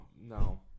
no